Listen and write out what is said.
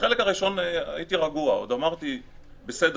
בחלק הראשון הייתי רגוע ועוד אמרתי "בסדר,